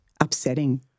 upsetting